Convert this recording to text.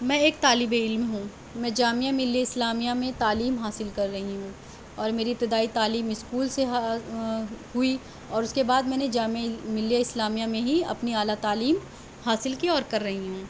میں ایک طالب علم ہوں میں جامعہ ملیہ اسلامیہ میں تعلیم حاصل کر رہی ہوں اور میری ابتدائی تعلیم اسکول سے ہوئی اور اس کے بعد میں نے جامعہ ملیہ اسلامیہ میں ہی اپنی اعلیٰ تعلیم حاصل کی اور کر رہی ہوں